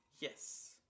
Yes